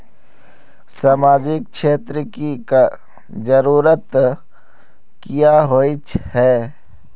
सामाजिक क्षेत्र की जरूरत क्याँ होय है?